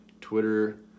Twitter